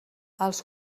als